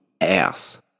ass